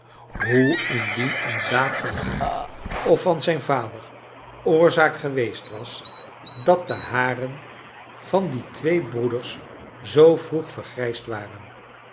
hoe indien een daad van haar of van zijn vader oorzaak geweest was dat de haren van die twee broeders zoo vroeg vergrijsd waren